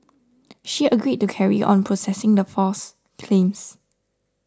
she agreed to carry on processing the false claims